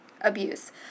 abuse